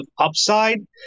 upside